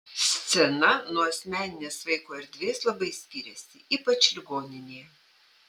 scena nuo asmeninės vaiko erdvės labai skiriasi ypač ligoninėje